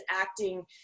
acting